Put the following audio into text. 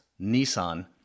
Nissan